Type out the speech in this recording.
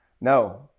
no